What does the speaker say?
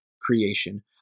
creation